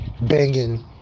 banging